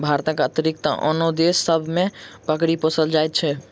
भारतक अतिरिक्त आनो देश सभ मे बकरी पोसल जाइत छै